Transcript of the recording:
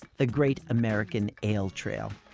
the great american ale trail.